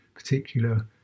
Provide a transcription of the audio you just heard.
particular